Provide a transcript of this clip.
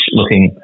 looking